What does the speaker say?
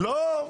לא.